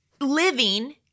living